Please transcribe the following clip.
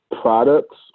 products